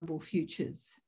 futures